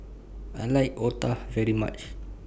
I like Otah very much